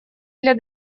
для